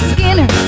Skinner